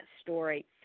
story